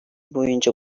boyunca